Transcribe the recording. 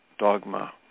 dogma